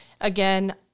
Again